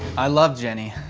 i loved jenny.